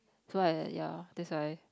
so like that ya that's why